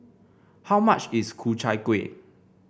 how much is Ku Chai Kuih